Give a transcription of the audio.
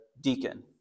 deacon